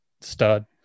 stud